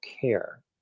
care